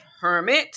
hermit